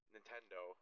Nintendo